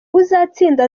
uzatsinda